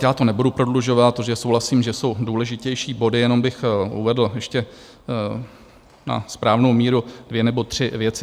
Já to nebudu prodlužovat, protože souhlasím, že jsou důležitější body, jenom bych uvedl ještě na správnou míru dvě nebo tři věci.